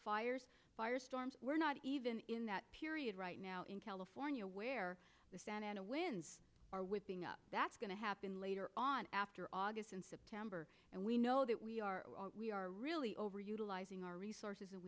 fires firestorms we're not even in that period right now in california where the santa ana winds are whipping up that's going to happen later on after august and september and we know that we are we are really over utilizing our resources and